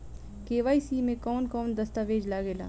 KYC में कवन कवन दस्तावेज लागे ला?